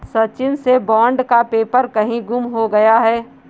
सचिन से बॉन्ड का पेपर कहीं गुम हो गया है